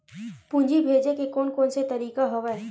पूंजी भेजे के कोन कोन से तरीका हवय?